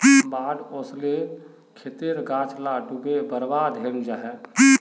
बाढ़ ओस्ले खेतेर गाछ ला डूबे बर्बाद हैनं जाहा